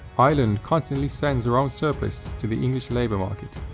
ireland constantly sends her own surplus to the english labour market,